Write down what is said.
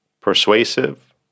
Persuasive